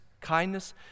kindness